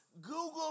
Google